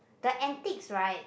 the antiques right